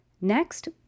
Next